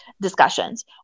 discussions